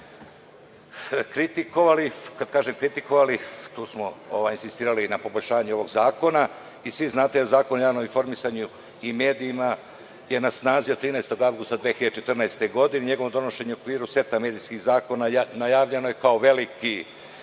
kritikovali. Kada kažem kritikovali, tu smo insistirali na poboljšanju ovog zakona. Svi znate da je Zakon o javnom informisanju i medijima na snazi od 13. avgusta 2014. godine. Njegovim donošenjem u okviru seta medijskih zakona najavljeno je kao veliki